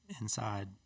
inside